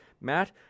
Matt